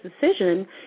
decision